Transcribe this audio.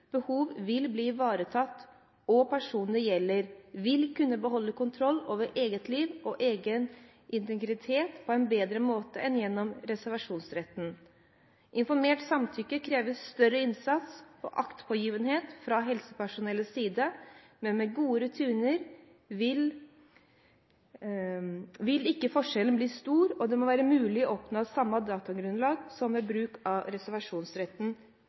behov vil bli ivaretatt, og personen det gjelder, vil kunne beholde kontroll over egent liv og egen integritet på en bedre måte enn gjennom reservasjonsrett. Informert samtykke krever større innsats og aktpågivenhet fra helsepersonellets side, men med gode rutiner vil ikke forskjellen bli stor, og det må være mulig å oppnå samme datagrunnlag som ved bruk av